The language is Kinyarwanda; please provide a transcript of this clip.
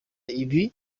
ibi